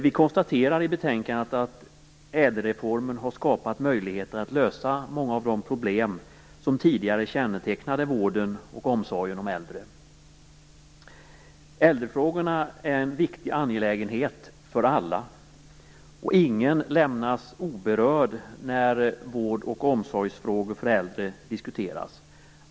Vi konstaterar i betänkandet att ädelreformen har skapat möjligheter att lösa många av de problem som tidigare kännetecknade vården och omsorgen om de äldre. Äldrefrågorna är en viktig angelägenhet för alla. Ingen lämnas oberörd när äldrevård och äldreomsorgsfrågor diskuteras.